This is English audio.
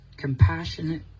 compassionate